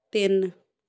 ਤਿੰਨ